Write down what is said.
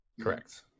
Correct